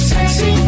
Sexy